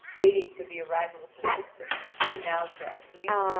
waiting for the arrival of her sister, who now draws near.